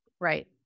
right